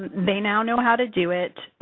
they now know how to do it,